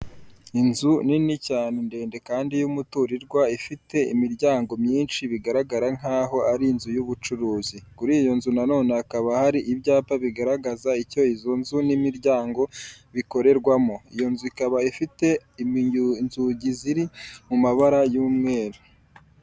Iinzu nini cyane ndende kandi y'umuturirwa ifite imiryango myinshi bigaragara nk'aho ari inzu y'ubucuruzi. Kuri iyo nzu na none hakaba hari ibyapa bigaragaza icyo izo nzu n'imiryango bikorerwamo iyo nzu ikaba ifite inzugi ziri mu mabara y'umweru.